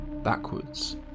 backwards